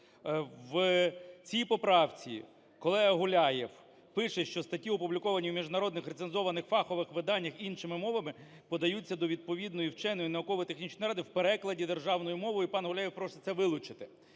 В цій поправці колега Гуляєв пише, що статті, опубліковані в міжнародних рецензованих фахових виданнях іншими мовами, подаються до відповідної вченої, науково-технічної ради в перекладі державною мовою, і пан Гуляєв просить це вилучити.